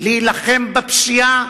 להילחם בפשיעה,